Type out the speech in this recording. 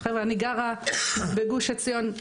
חבר'ה אני גרה בגוש עציון,